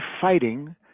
fighting